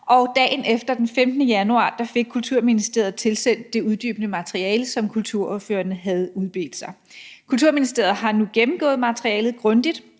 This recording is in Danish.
Dagen efter, den 15. januar, fik Kulturministeriet tilsendt det uddybende materiale, som kulturordførerne havde udbedt sig. Kulturministeriet har nu gennemgået materialet grundigt